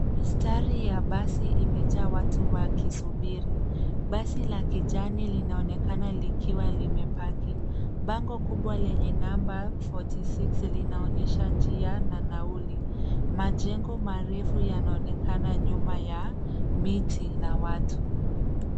Mistari ya basi imejaa watu wakisubiri. Basi la kijani linaonekana likiwa limepaki bango kubwa lenye namba forty six linaonesha njia na nauli .Majengo marefu yanaonekana nyuma ya miti na watu.